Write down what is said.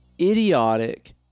idiotic